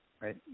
right